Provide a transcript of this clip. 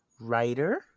writer